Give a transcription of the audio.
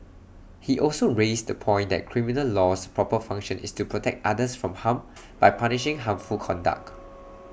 he also raised the point that criminal law's proper function is to protect others from harm by punishing harmful conduct